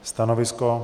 Stanovisko?